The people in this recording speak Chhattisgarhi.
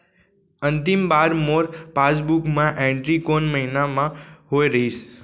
अंतिम बार मोर पासबुक मा एंट्री कोन महीना म होय रहिस?